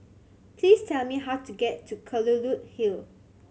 please tell me how to get to Kelulut Hill